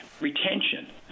Retention